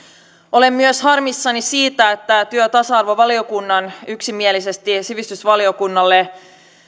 olen myös harmissani siitä että työ ja tasa arvovaliokunnan yksimielisesti sivistysvaliokunnalle